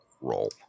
roll